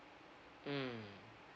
mm